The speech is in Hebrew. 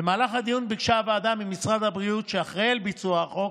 במהלך הדיון ביקשה הוועדה ממשרד הבריאות שהאחראי לביצוע החוק